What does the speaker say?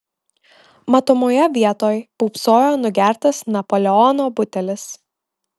matomoje vietoj pūpsojo nugertas napoleono butelis